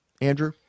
Andrew